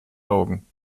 augen